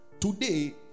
Today